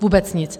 Vůbec nic!